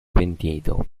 pentito